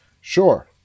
sure